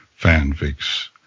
fanfics